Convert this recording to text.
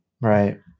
Right